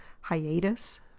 hiatus